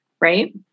right